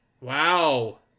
wow